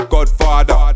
Godfather